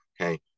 okay